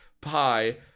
Pie